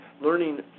learning